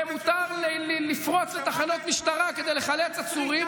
ומותר לפרוץ לתחנות משטרה כדי לחלץ עצורים,